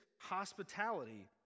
hospitality